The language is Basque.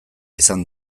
izan